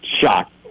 shocked